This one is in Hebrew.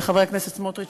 חבר הכנסת סמוטריץ,